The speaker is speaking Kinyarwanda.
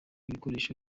bikoresho